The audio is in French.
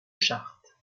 charte